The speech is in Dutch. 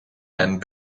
mijn